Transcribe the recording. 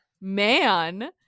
Man